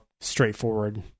straightforward